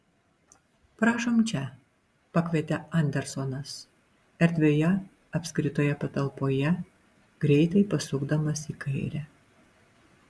prašom čia pakvietė andersonas erdvioje apskritoje patalpoje greitai pasukdamas į kairę